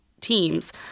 teams